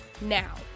now